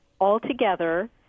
altogether